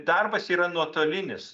darbas yra nuotolinis